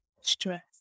Stress